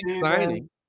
signing